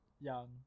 young